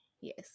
yes